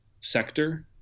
sector